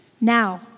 Now